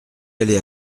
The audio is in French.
aller